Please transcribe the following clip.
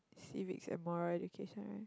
civics and moral education